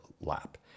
lap